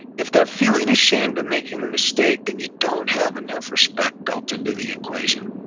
if they're feeling ashamed of making the mistake, then you don't have enough respect built into the equation.